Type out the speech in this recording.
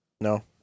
No